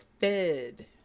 Fed